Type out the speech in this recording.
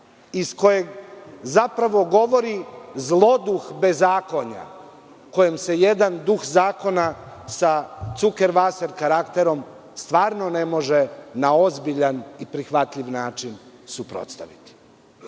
iz kojeg zapravo govori zlo duh bezakonja kojem se jedan duh zakona sa „cuker vaser“ karakterom stvarno ne može na ozbiljan i prihvatljiv način suprotstaviti. Govorili